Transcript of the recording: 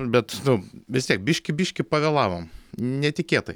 bet nu vis tiek biškį biškį pavėlavom netikėtai